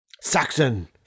Saxon